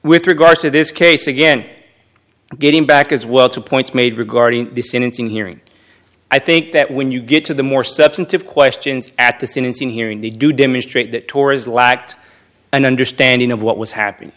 with regard to this case again getting back as well two points made regarding the sentencing hearing i think that when you get to the more substantive questions at the scene in seeing hearing to demonstrate that torres lacked an understanding of what was happening